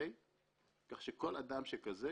כך שכל אדם שכזה,